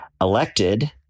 elected